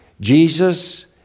Jesus